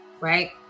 right